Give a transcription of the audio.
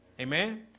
Amen